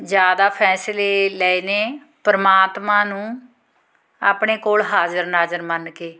ਜ਼ਿਆਦਾ ਫੈਸਲੇ ਲਏ ਨੇ ਪਰਮਾਤਮਾ ਨੂੰ ਆਪਣੇ ਕੋਲ ਹਾਜ਼ਰ ਨਾਜ਼ਰ ਮੰਨ ਕੇ